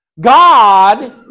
God